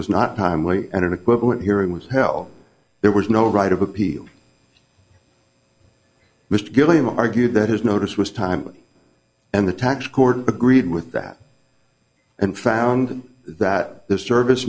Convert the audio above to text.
was not timely and an equivalent hearing was held there was no right of appeal mr gilliam argued that his notice was timely and the tax court agreed with that and found that the service